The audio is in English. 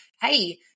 hey